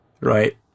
right